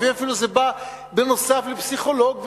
לפעמים זה אפילו בא נוסף על פסיכולוג וכו'.